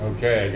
Okay